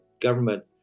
government